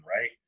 Right